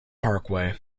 parkway